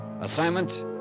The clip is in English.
Assignment